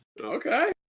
Okay